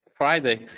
Friday